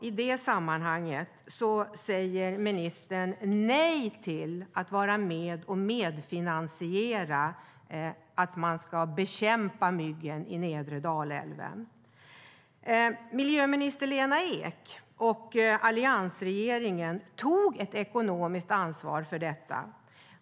Ändå säger ministern nej till att medfinansiera bekämpningen av myggen i nedre Dalälven.Förra miljöministern Lena Ek och alliansregeringen tog ett ekonomiskt ansvar för detta.